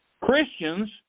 Christians